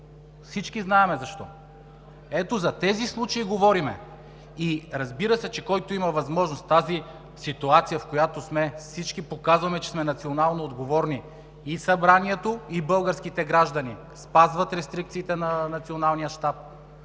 всички знаем защо. Ето за тези случаи говорим! Разбира се, че който има възможност в тази ситуация, в която сме – всички показваме, че сме национално отговорни – и Събранието, и българските граждани спазват рестрикциите на Националния щаб,